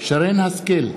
שרן השכל,